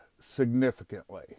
significantly